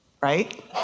Right